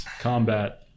combat